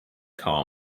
car